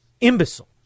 imbecile